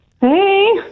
Hey